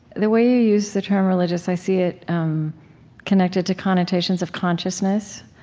the way you use the term religious, i see it um connected to connotations of consciousness,